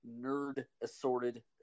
nerd-assorted